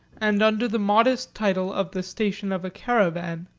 and under the modest title of the station of a caravan,